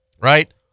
right